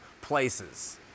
places